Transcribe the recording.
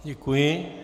Děkuji.